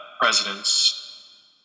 presidents